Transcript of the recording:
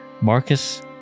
Marcus